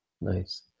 Nice